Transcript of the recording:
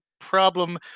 problem